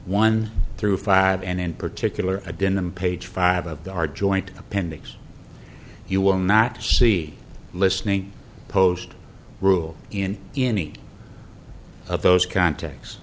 one through five and in particular a denim page five of the our joint appendix you will not see listening post rule in any of those contacts